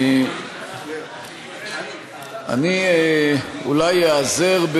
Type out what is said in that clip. אני אולי איעזר,